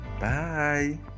bye